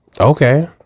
Okay